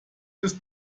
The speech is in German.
fürs